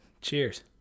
Cheers